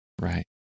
Right